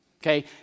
okay